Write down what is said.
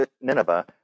Nineveh